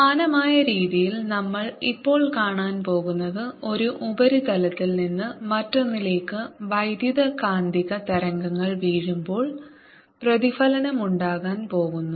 സമാനമായ രീതിയിൽ നമ്മൾ ഇപ്പോൾ കാണാൻ പോകുന്നത് ഒരു ഉപരിതലത്തിൽ നിന്ന് മറ്റൊന്നിലേക്ക് വൈദ്യുതകാന്തിക തരംഗങ്ങൾ വീഴുമ്പോൾ പ്രതിഫലനമുണ്ടാകാൻ പോകുന്നു